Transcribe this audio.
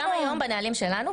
גם היום בנהלים שלנו,